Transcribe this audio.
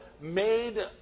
made